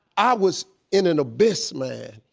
i was in an abyss man.